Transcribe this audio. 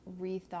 rethought